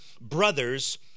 brothers